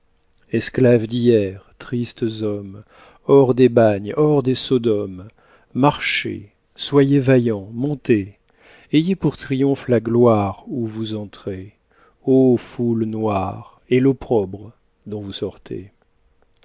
esclaves d'hier tristes hommes hors des bagnes hors des sodomes marchez soyez vaillants montez ayez pour triomphe la gloire où vous entrez ô foule noire et l'opprobre dont vous sortez